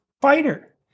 Fighter